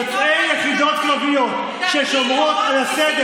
יוצאי יחידות קרביות ששומרות על הסדר